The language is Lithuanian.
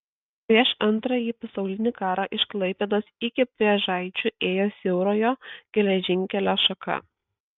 prieš antrąjį pasaulinį karą iš klaipėdos iki pėžaičių ėjo siaurojo geležinkelio šaka